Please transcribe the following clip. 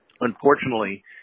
unfortunately